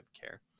care